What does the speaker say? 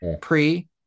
pre